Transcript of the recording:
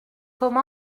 comme